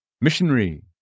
Missionary